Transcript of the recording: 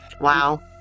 Wow